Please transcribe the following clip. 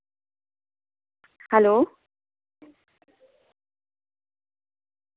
hello